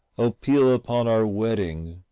oh, peal upon our wedding,